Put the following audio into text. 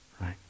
right